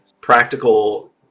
practical